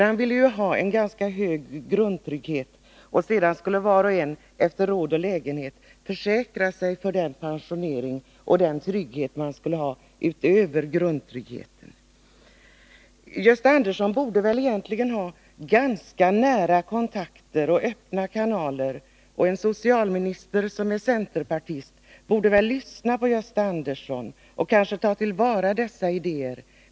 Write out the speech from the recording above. Han ville ju ha en ganska hög grundtrygghet, och sedan skulle var och en efter råd och lägenhet försäkra sig för den pensionering och trygghet man ville ha utöver grundtryggheten. Gösta Andersson borde egentligen ha ganska nära kontakter och öppna kanaler, för en socialminister som är centerpartist borde ju lyssna på honom och kanske ta till vara dessa idéer.